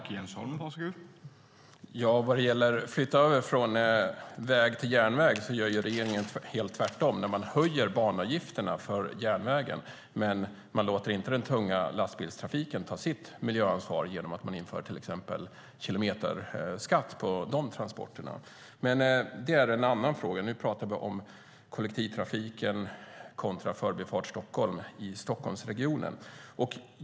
Herr talman! När det gäller att flytta över från väg till järnväg gör regeringen tvärtom när man höjer banavgifterna men inte låter den tunga lastbilstrafiken ta sitt miljöansvar genom till exempel kilometerskatt. Men det är en annan fråga. Nu talar vi om kollektivtrafiken kontra Förbifart Stockholm i Stockholmsregionen.